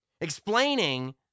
Explaining